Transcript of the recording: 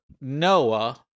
Noah